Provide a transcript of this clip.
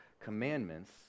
commandments